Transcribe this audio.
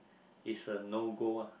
it's a no go uh